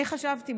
אני חשבתי,